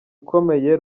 ukomeye